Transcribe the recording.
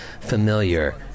familiar